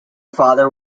father